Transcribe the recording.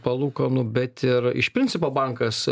palūkanų bet ir iš principo bankas